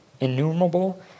innumerable